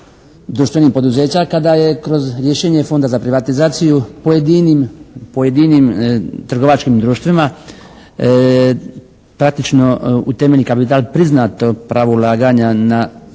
društvenih poduzeća kada je kroz rješenje Fonda za privatizaciju pojedinim trgovačkim društvima praktično u temeljni kapital priznato pravo ulaganja na